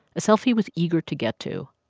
a self he was eager to get to.